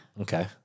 Okay